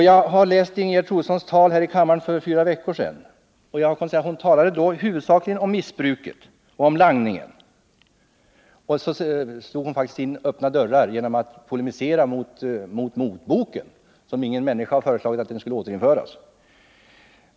Jag har läst Ingegerd Troedssons tal här i kammaren för fyra veckor sedan och kunnat konstatera att hon då huvudsakligen talade om missbruket och langningen. Hon slog också faktiskt in öppna dörrar genom att polemisera mot motboken, som ingen människa har föreslagit skall återinföras.